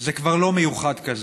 זה כבר לא מיוחד כזה,